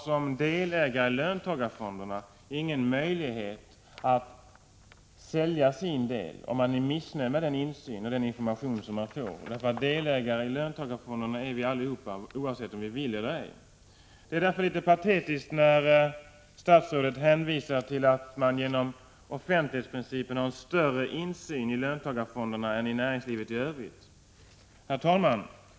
Som delägare i löntagarfonderna har man inte någon möjlighet att sälja sin del om man är missnöjd med den insyn och den information som man får, eftersom vi alla är delägare i löntagarfonderna oavsett om vi vill eller ej. Det är därför litet patetiskt när statsrådet hänvisar till att man genom offentlighetsprincipen har en större insyn i löntagarfonderna än i näringslivet i övrigt. Herr talman!